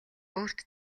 өөрт